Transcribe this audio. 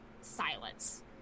silence